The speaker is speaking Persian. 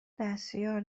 دستیار